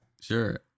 Sure